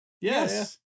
Yes